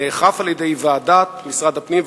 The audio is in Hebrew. נאכף על-ידי ועדת משרד הפנים,